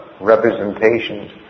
representations